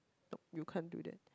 no you can't do that